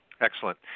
Excellent